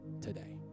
today